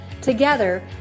Together